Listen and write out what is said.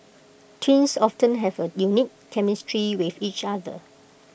twin have A unique chemistry with each other